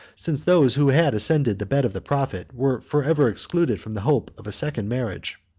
since those who had ascended the bed of the prophet were forever excluded from the hope of a second marriage.